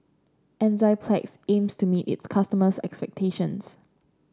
enzyplex aims to meet its customers' expectations